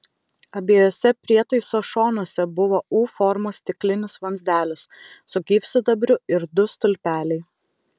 abiejuose prietaiso šonuose buvo u formos stiklinis vamzdelis su gyvsidabriu ir du stulpeliai